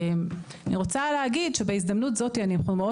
אני רוצה להגיד שבהזדמנות זאת אנחנו מאוד